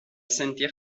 sentir